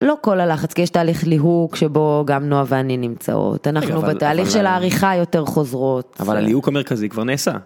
לא כל הלחץ, כי יש תהליך ליהוק, שבו גם נועה ואני נמצאות. אנחנו בתהליך של העריכה יותר חוזרות. אבל הליהוק המרכזי כבר נעשה.